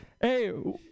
Hey